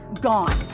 gone